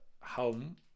home